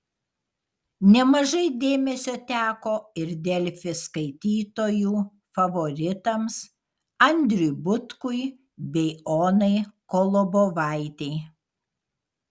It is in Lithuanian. nemažai dėmesio teko ir delfi skaitytojų favoritams andriui butkui bei onai kolobovaitei